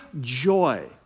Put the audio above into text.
joy